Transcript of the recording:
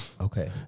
Okay